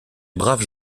braves